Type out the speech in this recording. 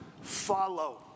follow